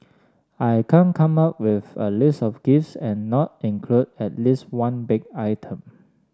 I can't come up with a list of gifts and not include at least one baked item